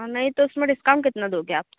हाँ नहीं तो उसमें डिसकाउन्ट कितना दोगे आप